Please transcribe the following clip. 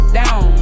down